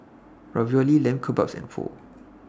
Ravioli Lamb Kebabs and Pho